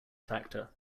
factor